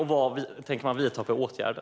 Vad tänker man annars vidta för åtgärder?